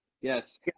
yes